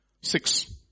six